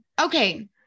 Okay